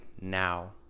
now